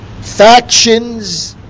factions